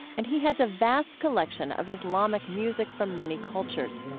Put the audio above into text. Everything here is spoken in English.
and he has a vast collection of islamic music from many cultures